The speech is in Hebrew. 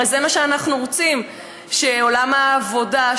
הרי זה מה שאנחנו רוצים: שעולם העבודה,